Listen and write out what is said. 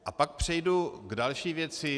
A pak přejdu k další věci.